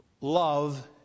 love